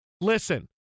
Listen